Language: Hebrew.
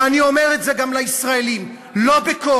ואני אומר את זה גם לישראלים: לא בכוח.